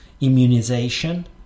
Immunization